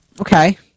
Okay